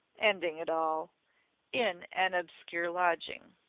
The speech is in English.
ending it all in an obscure lodging.